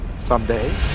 someday